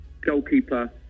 goalkeeper